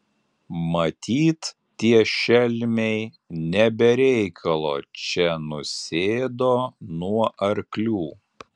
matyt tie šelmiai ne be reikalo čia nusėdo nuo arklių